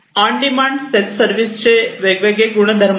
on demand self service चे वेगवेगळे गुणधर्म आहेत